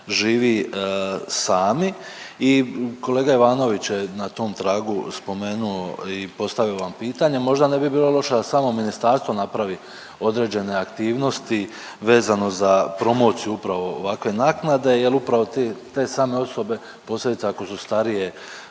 živi sami i kolega Ivanović je na tom tragu spomenuo i postavio vam pitanje, možda ne bi bilo loše da samo ministarstvo napravi određene aktivnosti vezano za promociju upravo ovakve naknade jel upravo te same osobe, posebice ako su starije,